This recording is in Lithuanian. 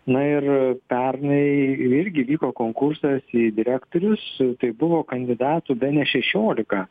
na ir pernai ir irgi vyko konkursas į direktorius tai buvo kandidatų bene šešiolika